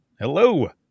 Hello